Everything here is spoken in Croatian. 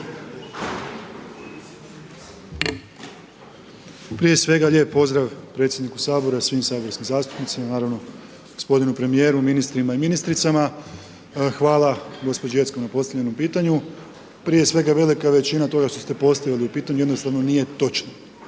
Prije svega lijep pozdrav predsjedniku Sabora i svim saborskim zastupnicima, naravno gospodinu premjeru, ministrima i ministricama. Hvala gospođi Jeckov na postavljenom pitanju. Prije svega velika većina toga što ste postavili u pitanju, jednostavno nije točna,